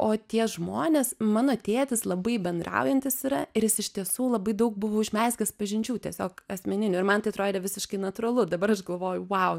o tie žmonės mano tėtis labai bendraujantis yra ir jis iš tiesų labai daug buvo užmezgęs pažinčių tiesiog asmeninių ir man tai atrodė visiškai natūralu dabar aš galvoju vau